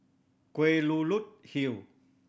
Kelulut Hill